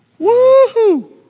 Woohoo